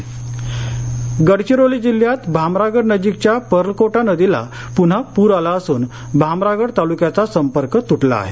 पर गडचिरोली गडचिरोली जिल्ह्यात भामरागड नजीकच्या पर्लकोटा नदीला पुन्हा पूर आला असूनभामरागड तालुक्याचा संपर्क तुटला आहे